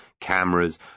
cameras